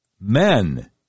men